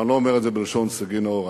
אני לא אומר את זה בלשון סגי נהור,